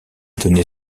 donné